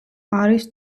არის